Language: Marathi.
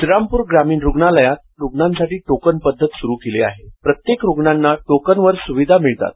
श्रीरामपूर ग्रामीण रुग्णालयात रुग्णांसाठी टोकन पद्धत सुरू केली आहे त्यामुळे प्रत्येक रुग्णांना टोकन वर सुविधा मिळतात